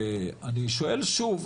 ואני שואל שוב,